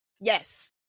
Yes